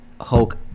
Hulk